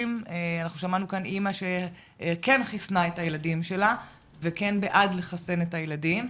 שמענו כאן אימא שכן חיסנה את הילדים שלה וכן בעד לחסן את הילדים,